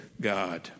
God